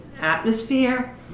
atmosphere